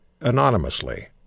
Anonymously